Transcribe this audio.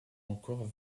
encore